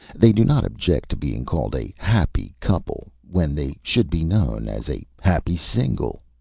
they do not object to being called a happy couple, when they should be known as a happy single.